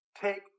take